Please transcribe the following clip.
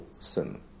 sin